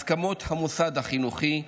הסכמות מהמוסד החינוכי,